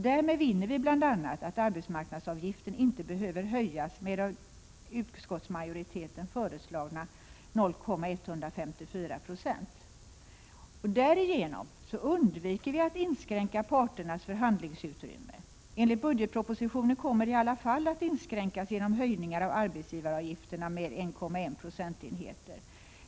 Därmed vinner vi bl.a. att arbetsmarknadsavgiften inte behöver höjas med av utskottsmajoriteten föreslagna 0,154 26. Därigenom undviker vi att inskränka parternas förhandlingsutrymme. Enligt budgetpropositionen kommer det i alla fall att inskränkas genom höjningar av arbetsgivaravgifterna med 1,1 procentenheter.